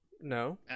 No